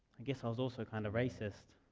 i guess i was also kind of racist.